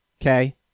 Okay